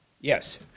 Yes